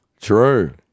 True